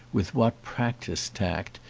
with what practised tact,